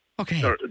Okay